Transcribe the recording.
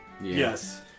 yes